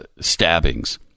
stabbings